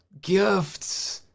gifts